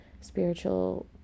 spiritual